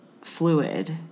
fluid